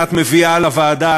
את מביאה לוועדה,